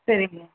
சரிங்க